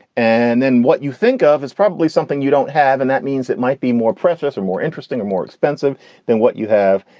and then what you think of is probably something you don't have. and that means it might be more precious or more interesting or more expensive than what you have.